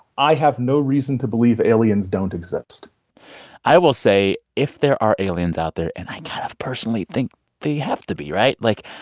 i have no reason to believe aliens don't exist i will say, if there are aliens out there and i kind of personally think they have to be, right? like,